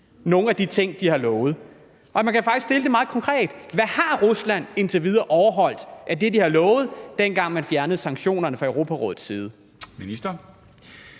nogle af de ting, de har lovet? Man kan f.eks. stille spørgsmålet meget konkret: Hvad har Rusland indtil videre overholdt af det, de har lovet, dengang man fjernede sanktionerne fra Europarådets side?